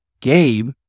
Gabe